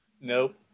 Nope